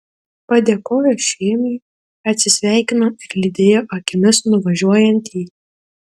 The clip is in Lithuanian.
padėkojo šėmiui atsisveikino ir lydėjo akimis nuvažiuojantį